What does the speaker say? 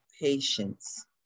patience